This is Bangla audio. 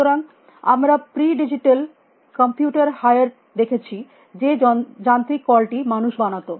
সুতরাং আমরা প্রি ডিজিটাল কম্পিউটার হীরা টি দেখেছি যে যান্ত্রিক কলটি মানুষ বানাত